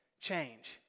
change